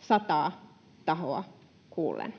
sataa tahoa kuullen.